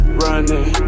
running